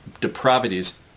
depravities